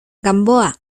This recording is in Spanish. gamboa